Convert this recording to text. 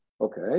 Okay